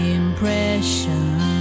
impression